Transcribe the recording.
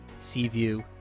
sea view,